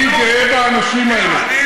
אני גאה באנשים האלה,